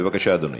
בבקשה, אדוני.